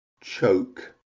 choke